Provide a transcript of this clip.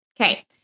Okay